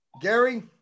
Gary